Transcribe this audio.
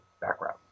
background